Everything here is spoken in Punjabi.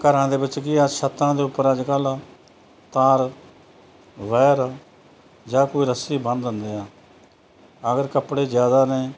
ਘਰਾਂ ਦੇ ਵਿੱਚ ਕੀ ਆ ਛੱਤਾਂ ਦੇ ਉੱਪਰ ਅੱਜ ਕੱਲ੍ਹ ਤਾਰ ਵਾਇਰ ਜਾਂ ਕੋਈ ਰੱਸੀ ਬੰਨ ਦਿੰਦੇ ਹਾਂ ਅਗਰ ਕੱਪੜੇ ਜ਼ਿਆਦਾ ਨੇ